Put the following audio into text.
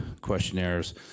questionnaires